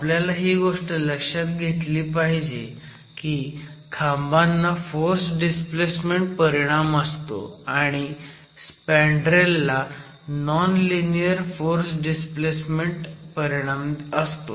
आपल्याला ही गोष्ट लक्षात घेतली पाहिजे की खांबांना फोर्स डिस्प्लेसमेन्ट परिणाम असतो आणि स्पँडरेल ला नॉन लिनीयर फोर्स डिस्प्लेसमेन्ट परिणाम असतो